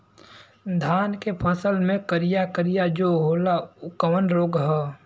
धान के फसल मे करिया करिया जो होला ऊ कवन रोग ह?